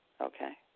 okay